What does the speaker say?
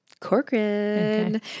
Corcoran